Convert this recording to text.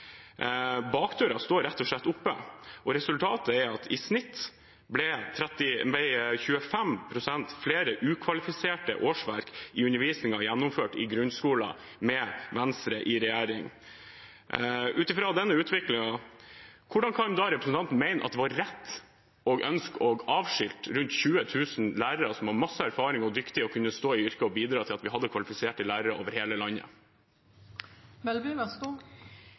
Bakdøren står rett og slett oppe. Resultatet er at i snitt ble 25 pst. flere ukvalifiserte årsverk i undervisningen gjennomført i grunnskolen med Venstre i regjering. Ut fra denne utviklingen: Hvordan kan representanten da mene at det var rett å ønske å avskilte rundt 20 000 lærere som har mye erfaring, er dyktige og kunne stå i yrket og bidra til at vi hadde kvalifiserte lærere over hele